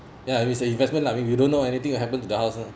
ya is a investment lah you don't know anything will happen to the house ah